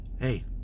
hey